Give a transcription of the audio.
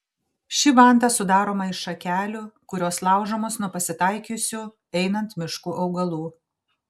ši vanta sudaroma iš šakelių kurios laužomos nuo pasitaikiusių einant mišku augalų